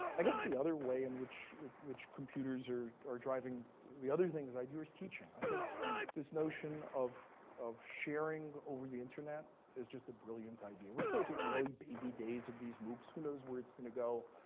i guess the other way in which which computers are are driving the other things i do is teaching. i think this notion of of sharing over the internet is just a brilliant idea. we're still at the early baby days of these moocs. who knows where it's going to go?